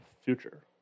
future